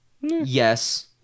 Yes